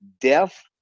deaf